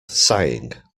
sighing